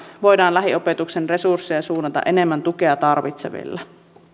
voidaan lähiopetuksen resursseja suunnata enemmän tukea tarvitseville